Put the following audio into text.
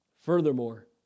Furthermore